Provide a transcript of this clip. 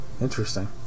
Interesting